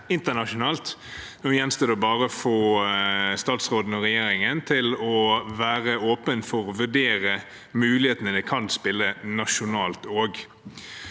Nå gjenstår det bare å få statsråden og regjeringen til å være åpen for også å vurdere mulighetene det kan gi nasjonalt.